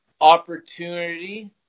opportunity